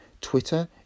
Twitter